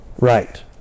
right